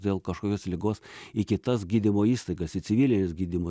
dėl kažkokios ligos į kitas gydymo įstaigas į civilines gydymo